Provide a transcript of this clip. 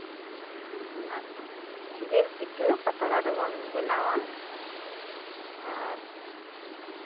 ᱚᱱᱟ ᱠᱚ ᱡᱤᱞ ᱯᱤᱴᱷᱟᱹ ᱯᱟᱛᱲᱟ ᱨᱮᱵᱚᱱ ᱵᱮᱱᱟᱣᱟ ᱟᱨ